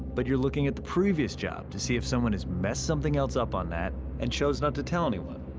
but you are looking at the previous job to see if someone has messed something else up on that and chose not to tell anyone.